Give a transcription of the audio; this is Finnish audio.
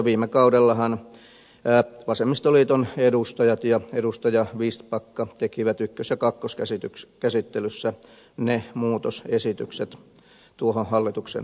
viime kaudellahan vasemmistoliiton edustajat ja edustaja vistbacka tekivät ykkös ja kakkoskäsittelyssä ne muutosesitykset tuohon hallituksen esitykseen